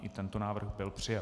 I tento návrh byl přijat.